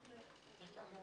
ננעלה